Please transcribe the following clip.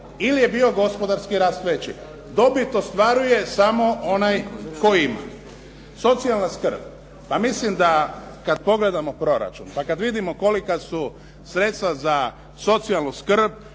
ili je bio gospodarski rast veći. Dobit ostvaruje samo onaj tko ima. Socijalna skrb. Pa mislim da kad pogledamo proračun pa kad vidimo kolika su sredstva za socijalnu skrb